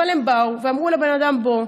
אבל הם באו ואמרו לבן אדם: בוא,